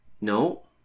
No